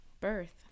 birth